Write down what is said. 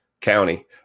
County